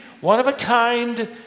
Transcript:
one-of-a-kind